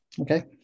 Okay